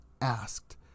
asked